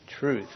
truth